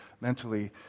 mentally